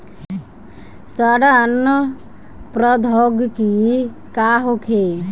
सड़न प्रधौगकी का होखे?